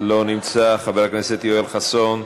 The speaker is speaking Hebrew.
לא נמצא, חבר הכנסת יואל חסון,